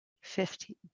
fifteen